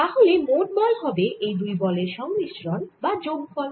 তাহলে মোট বল হবে এই দুই বলের সংমিশ্রণ বা যোগফল